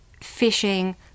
fishing